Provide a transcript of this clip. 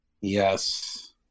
Yes